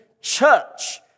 church